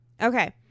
Okay